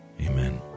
Amen